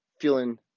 feeling